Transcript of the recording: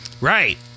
Right